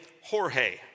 Jorge